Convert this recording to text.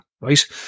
right